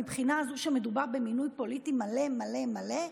מבחינה זו שמדובר במינוי פוליטי מלא מלא מלא?